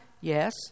Yes